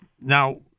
Now